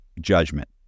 judgment